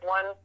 One